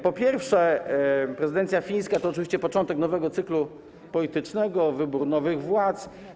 Po pierwsze, prezydencja fińska to oczywiście początek nowego cyklu politycznego, wybór nowych władz.